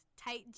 tight